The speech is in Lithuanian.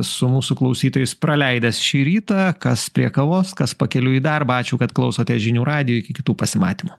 su mūsų klausytojais praleidęs šį rytą kas prie kavos kas pakeliui į darbą ačiū kad klausote žinių radijo iki kitų pasimatymų